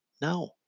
No